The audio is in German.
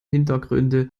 hintergründe